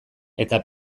eta